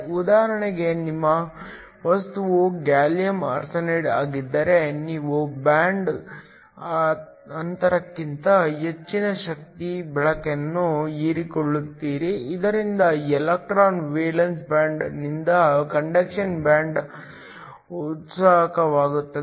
ಉದಾಹರಣೆಗೆ ನಿಮ್ಮ ವಸ್ತುವು ಗ್ಯಾಲಿಯಮ್ ಆರ್ಸೆನೈಡ್ ಆಗಿದ್ದರೆ ನೀವು ಬ್ಯಾಂಡ್ ಅಂತರಕ್ಕಿಂತ ಹೆಚ್ಚಿನ ಶಕ್ತಿಯ ಬೆಳಕನ್ನು ಹೀರಿಕೊಳ್ಳುತ್ತೀರಿ ಇದರಿಂದ ಎಲೆಕ್ಟ್ರಾನ್ ವೇಲೆನ್ಸ್ ಬ್ಯಾಂಡ್ ನಿಂದ ಕಂಡಕ್ಷನ್ ಬ್ಯಾಂಡ್ಗೆ ಉತ್ಸುಕವಾಗುತ್ತದೆ